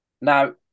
now